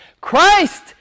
Christ